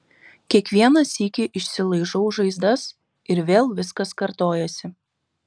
kiekvieną sykį išsilaižau žaizdas ir vėl viskas kartojasi